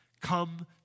Come